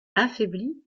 affaibli